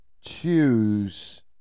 Choose